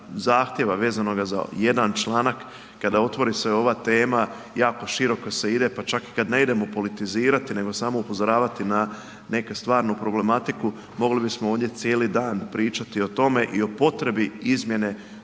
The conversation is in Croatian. zahtjeva vezano za jedan članak kada otvori se ova tema, jako široko se ide, pa čak i kad ne idemo politizirati nego samo upozoravati na neku stvarnu problematiku, mogli bismo ovdje cijeli dan pričati o tome i o potrebi izmjene